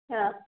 ಹಾಂ